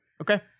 Okay